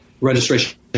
registration